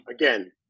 again